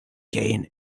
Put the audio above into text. gain